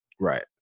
Right